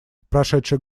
прошедший